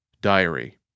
Diary